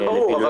זה ברור.